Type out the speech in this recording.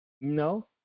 No